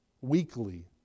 weekly